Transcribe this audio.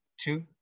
two